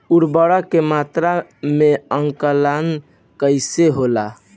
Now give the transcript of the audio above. उर्वरक के मात्रा के आंकलन कईसे होला?